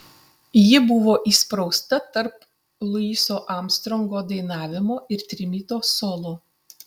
ji buvo įsprausta tarp luiso armstrongo dainavimo ir trimito solo